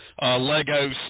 Legos